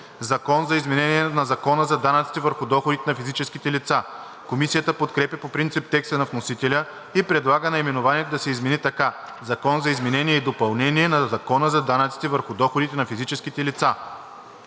„Закон за изменение на Закона за данъците върху доходите на физическите лица“. Комисията подкрепя по принцип текста на вносителя и предлага наименованието да се измени така: „Закон за изменение и допълнение на Закона за данъците върху доходите на физическите лица“.